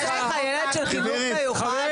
יש לך ילד של חינוך מיוחד?